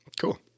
Cool